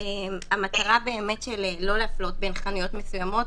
המטרה היא לא להפלות בין חנויות מסוימות,